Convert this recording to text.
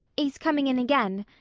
he's coming in again.